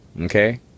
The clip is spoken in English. okay